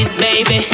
baby